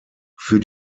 für